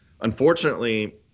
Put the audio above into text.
unfortunately